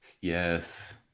yes